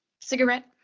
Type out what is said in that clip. cigarette